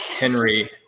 Henry